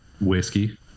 whiskey